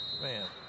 man